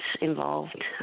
involved